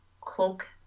cloak